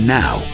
now